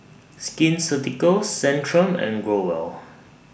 Skin Ceuticals Centrum and Growell